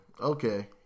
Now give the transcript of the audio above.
Okay